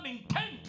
intent